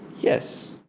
Yes